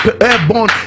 airborne